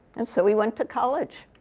and so we went to college.